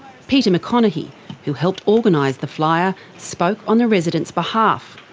peter maconachie, who helped organise the flyer, spoke on the residents' behalf.